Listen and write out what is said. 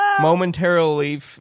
momentarily